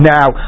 Now